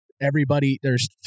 everybody—there's